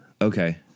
okay